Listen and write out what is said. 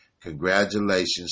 Congratulations